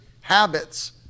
habits